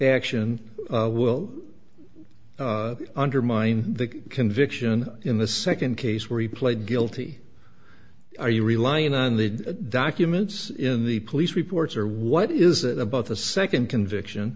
action will undermine the conviction in the second case where he pled guilty are you relying on the documents in the police reports or what is it about the second conviction